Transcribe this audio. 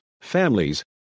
families